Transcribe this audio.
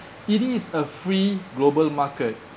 it is a free global market